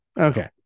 Okay